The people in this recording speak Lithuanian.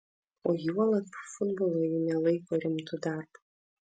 o juolab futbolo ji nelaiko rimtu darbu